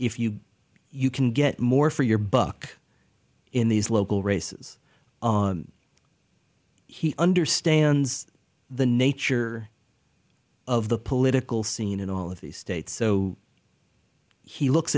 if you you can get more for your buck in these local races he understands the nature of the political scene in all of these states so he looks